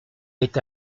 est